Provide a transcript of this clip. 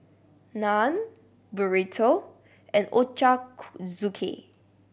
Naan Burrito and Ochazuke